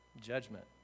Judgment